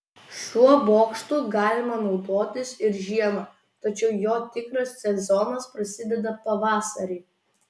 šiuo bokštu galima naudotis ir žiemą tačiau jo tikras sezonas prasideda pavasarį